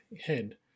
head